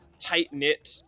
tight-knit